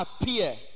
appear